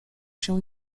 się